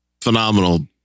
phenomenal